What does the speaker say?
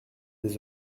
des